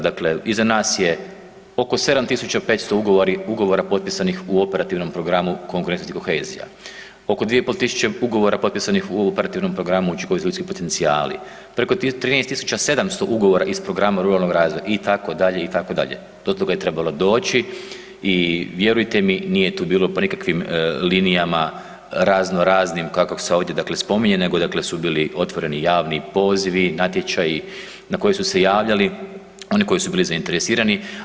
Dakle, iza nas je oko 7.500 ugovora potpisanih u Operativnom programu konkurentnost i kohezija, oko 2.500 ugovara potpisanih u Operativnom programu učinkoviti ljudski potencijali, preko 13.700 ugovora iz programa ruralnog razvoja itd., itd., do toga je trebalo doći i vjerujte mi nije tu bilo po nikakvim linijama razno raznim kako se ovdje dakle spominje nego su dakle bili otvoreni pozivi, natječaji na koje su se javljali oni koji su bili zainteresirani.